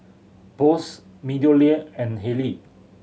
Bose MeadowLea and Haylee